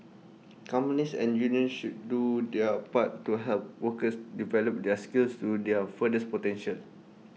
companies and unions should do their part to help workers develop their skills to their fullest potential